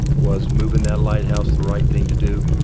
was moving that lighthouse the right thing to do?